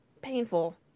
painful